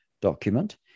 document